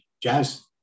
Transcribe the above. jazz